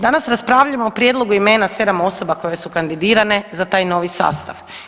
Danas raspravljamo o prijedlogu imena 7 osoba koje su kandidirane za taj novi sastav.